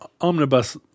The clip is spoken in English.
omnibus